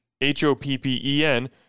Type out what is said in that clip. H-O-P-P-E-N